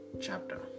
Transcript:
chapter